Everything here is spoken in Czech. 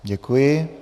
Děkuji.